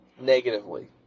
negatively